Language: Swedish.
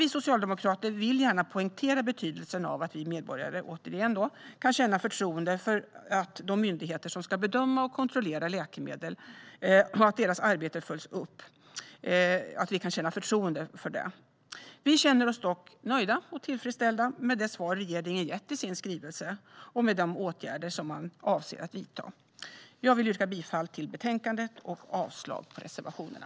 Vi socialdemokrater vill gärna poängtera betydelsen av att vi medborgare kan känna förtroende för de myndigheter som ska bedöma och kontrollera läkemedel och att deras arbete följs upp. Vi känner oss dock nöjda och tillfredsställda med de svar regeringen gett i sin skrivelse och med de åtgärder man avser att vidta. Jag vill yrka bifall till utskottets förslag i betänkandet och avslag på reservationerna.